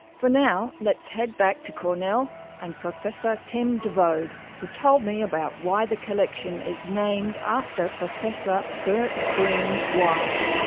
for now, let's head back to cornell and professor tim devoogd who told me about why the collection is named after professor burt green wilder.